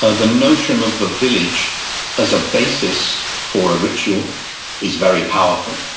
ah the notion of the village as a basis for a ritual is very powerful,